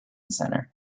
center